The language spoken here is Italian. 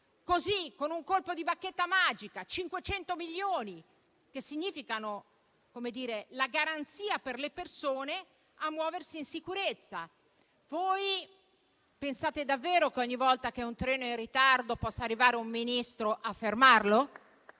PNRR, con un colpo di bacchetta magica, 500 milioni che significano la garanzia per le persone a muoversi in sicurezza. Pensate davvero che, ogni volta che un treno è in ritardo, possa arrivare un Ministro a fermarlo?